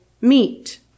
meet